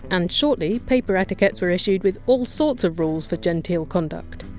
and shortly paper etiquettes were issued with all sorts of rules for genteel conduct.